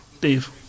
Dave